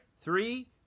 three